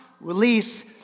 release